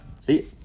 See